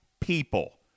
people